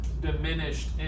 diminished